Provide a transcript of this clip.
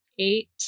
eight